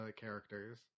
characters